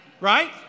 Right